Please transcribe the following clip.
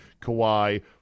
Kawhi